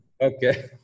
Okay